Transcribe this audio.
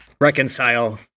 reconcile